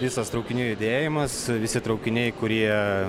visas traukinių judėjimas visi traukiniai kurie